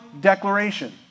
declaration